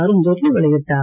அருண்ஜெய்ட்லி வெளியிட்டார்